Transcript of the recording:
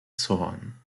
zorn